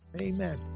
amen